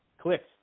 clicks